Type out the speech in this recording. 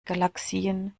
galaxien